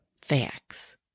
facts